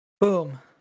Boom